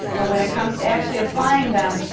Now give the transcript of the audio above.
but when it comes to actually applying them,